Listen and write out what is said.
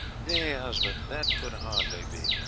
nay, husband, that could hardly be.